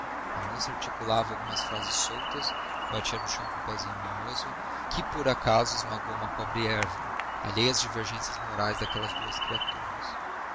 a moça articulava algumas frases soltas batia no chão com o pezinho mimoso que por acaso esmagou uma pobre erva alheia às divergências morais daquelas duas criaturas